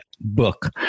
book